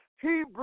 Hebrew